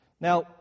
Now